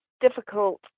difficult